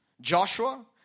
Joshua